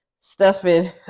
Stuffing